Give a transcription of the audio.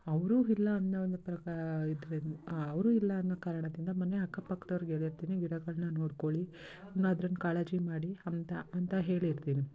ಅವರು ಇಲ್ಲ ಅನ್ನೋ ಒಂದು ಪ್ರಕಾ ಇದ್ರಲ್ಲಿ ಅವರು ಇಲ್ಲ ಅನ್ನೊ ಕಾರಣದಿಂದ ಮನೆ ಅಕ್ಕ ಪಕ್ದೋರ್ಗೆ ಹೇಳಿರ್ತೀನಿ ಗಿಡಗಳನ್ನ ನೋಡ್ಕೊಳ್ಳಿ ಅದರನ್ ಕಾಳಜಿ ಮಾಡಿ ಅಂತ ಅಂತ ಹೇಳಿರ್ತೀನಿ